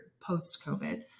post-covid